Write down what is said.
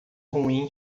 ruim